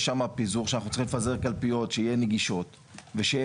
יש שמה פיזור שאנחנו צריכים לפזר קלפיות שיהיו נגישות ושיהיה